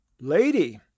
Lady